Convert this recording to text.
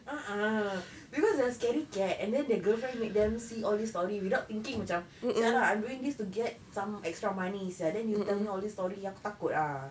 a'ah because they're scaredy cat and then their girlfriend make them see all this story without thinking macam jia lah I'm doing this to get some extra money sia then you tell me all this story aku takut ah